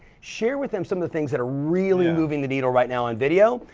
share with them some of the things that are really moving the needle right now in video,